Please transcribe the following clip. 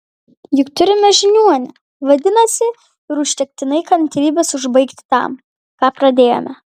juk turime žiniuonę vadinasi ir užtektinai kantrybės užbaigti tam ką pradėjome